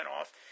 off